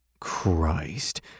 Christ